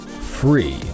free